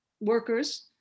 workers